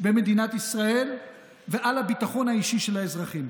במדינת ישראל ועל הביטחון האישי של האזרחים.